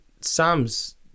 Sam's